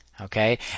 Okay